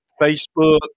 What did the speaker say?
Facebook